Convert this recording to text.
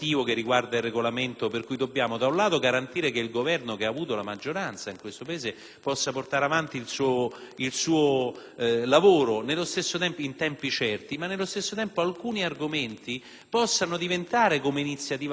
in questo Paese, possa portare avanti il proprio lavoro in tempi certi, ma allo stesso tempo che alcuni argomenti possano diventare come iniziativa parlamentare un momento di confronto, non solo tra i soliti dieci.